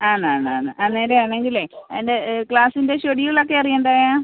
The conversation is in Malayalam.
ആണ് ആണ് ആണ് അങ്ങനെ ആണെങ്കിലേ എൻ്റെ ക്ലാസിൻ്റെ ഷെഡ്യൂൾ ഒക്കെ അറിയണ്ടെയോ